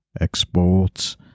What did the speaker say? exports